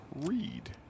read